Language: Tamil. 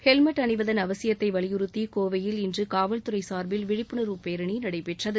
ஹெல்மெட் அணிவதன் அவசியத்தை வலியுறுத்தி கோவையில் இன்று காவல்துறை சாா்பில் விழிப்புணர்வு பேரணி நடைபெற்றது